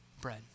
bread